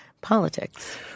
politics